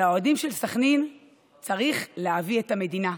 לאוהדים של סח'נין צריך להביא את המדינה".